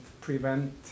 prevent